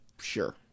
Sure